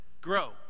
Grow